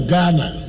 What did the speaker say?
Ghana